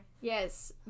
Yes